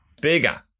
bigger